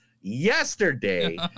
Yesterday